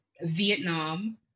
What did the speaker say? Vietnam